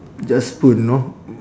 just food know